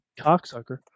cocksucker